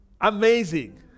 Amazing